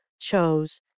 chose